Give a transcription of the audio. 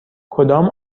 کدام